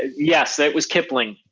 yes, it was kipling,